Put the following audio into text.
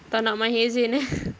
tak nak maher zain eh